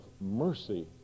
mercy